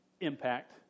impact